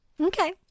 okay